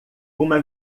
uma